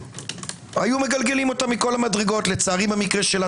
היו מגלגלים אותה מכל המדרגות לצערי במקרה שלה,